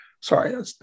sorry